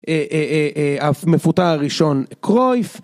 המפוטר הראשון קרוייף.